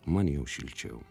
man jau šilčiau